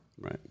Right